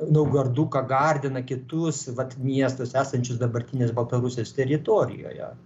naugarduką gardiną kitus vat miestus esančius dabartinės baltarusijos teritorijoje